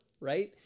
Right